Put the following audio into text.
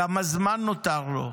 כמה זמן נותר לו?